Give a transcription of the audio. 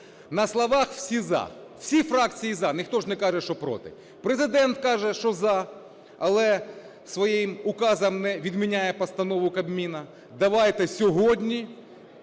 На словах всі "за", всі фракції "за", ніхто не каже, що проти. Президент каже, що "за", але своїм указом не відміняє постанову Кабміну. Давайте сьогодні